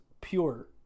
pure